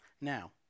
Now